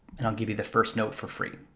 and i'll give you the first note for free.